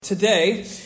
Today